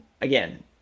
Again